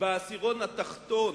בעשירון התחתון